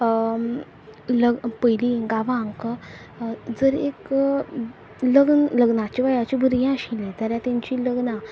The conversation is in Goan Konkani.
पयली गांवांक जर एक लग्न लग्नाच्या वयाची भुरगीं आशिल्ले जाल्यार तेंची लग्नां